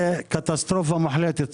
זה קטסטרופה מוחלטת.